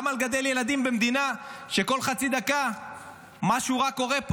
למה לגדל ילדים במדינה שכל חצי דקה משהו רע קורה פה,